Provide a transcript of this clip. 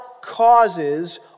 causes